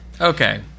Okay